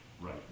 Right